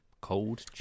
Cold